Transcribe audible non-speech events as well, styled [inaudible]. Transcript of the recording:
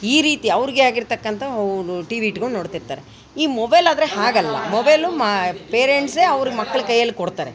ಈ ರೀತಿ ಅವ್ರಿಗೆ ಆಗಿರ್ತಕ್ಕಂಥ [unintelligible] ಟಿ ವಿ ಇಟ್ಕೊಂಡು ನೋಡ್ತಿರ್ತಾರೆ ಈ ಮೊಬೈಲ್ ಆದರೆ ಹಾಗಲ್ಲ ಮೊಬೈಲು ಮ ಪೇರೆಂಟ್ಸೇ ಅವ್ರ ಮಕ್ಕಳ ಕೈಯಲ್ಲಿ ಕೊಡ್ತಾರೆ